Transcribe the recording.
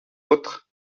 autres